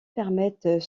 permettent